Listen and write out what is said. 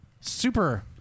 super